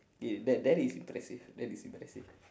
ya that that is impressive that is impressive